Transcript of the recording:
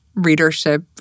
readership